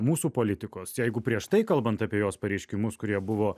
mūsų politikos jeigu prieš tai kalbant apie jos pareiškimus kurie buvo